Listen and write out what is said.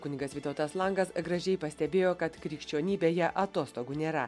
kunigas vytautas langas gražiai pastebėjo kad krikščionybėje atostogų nėra